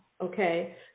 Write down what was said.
okay